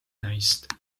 naist